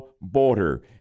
border